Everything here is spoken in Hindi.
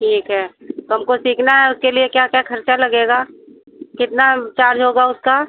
ठीक है तो हमको सीखना है उसके लिए क्या क्या ख़र्चा लगेगा कितना चार्ज होगा उसका